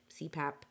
CPAP